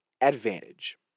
advantage